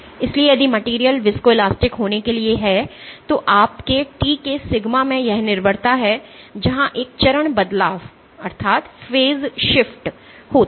इसलिए यदि material viscoelastic होने के लिए है तो आपके t के सिग्मा में यह निर्भरता है जहां एक चरण बदलाव होता है